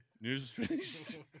News